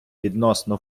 відносно